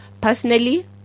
personally